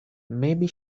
maybe